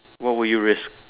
what will you risk